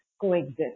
coexist